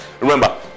Remember